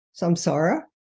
Samsara